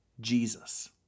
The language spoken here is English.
Jesus